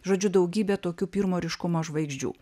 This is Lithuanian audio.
žodžiu daugybė tokių pirmo ryškumo žvaigždžių